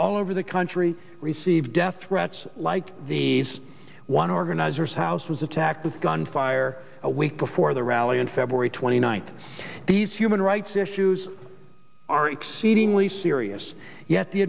all over the country received death threats like these one organizers house was attacked with gunfire a week before the rally on february twenty ninth these human rights issues are exceedingly serious yet the